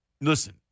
listen